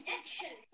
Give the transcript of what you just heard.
action